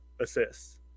assists